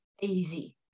easy